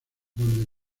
donde